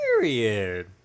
Period